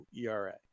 era